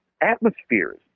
atmospheres